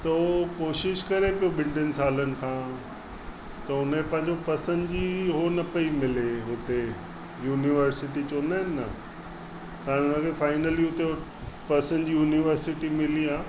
त उहो कोशिशि करे थो ॿिनि टिनि सालनि खां त हुन पंहिंजो पसंदि जी उहो न पेई मिले हुते यूनिवर्सिटी चवंदा आहिनि न त हुनखे फ़ाइनली हुते पसंदि जी यूनिवर्सिटी मिली आहे